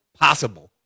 possible